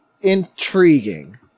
intriguing